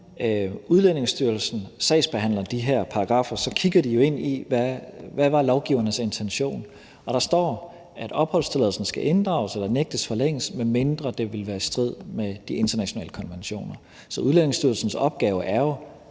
Når Udlændingestyrelsen sagsbehandler efter de her paragraffer, kigger de jo ind i, hvad lovgivernes intention var, og der står, at opholdstilladelsen skal inddrages eller nægtes forlænget, medmindre det vil være i strid med de internationale konventioner. Så Udlændingestyrelsens opgave er jo